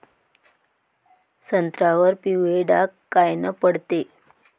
संत्र्यावर पिवळे डाग कायनं पडते?